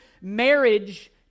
marriage